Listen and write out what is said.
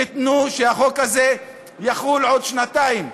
תנו שהחוק הזה יחול עוד שנתיים,